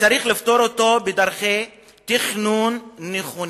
שצריך לפתור אותו בדרכי תכנון נכונות.